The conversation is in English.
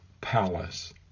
palace